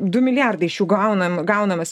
du milijardai iš jų gaunam gaunamas